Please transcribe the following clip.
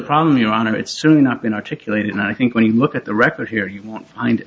problem your honor it's certainly not been articulated and i think when you look at the record here you want